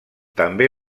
també